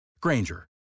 Granger